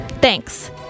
Thanks